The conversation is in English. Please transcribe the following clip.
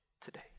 today